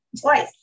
twice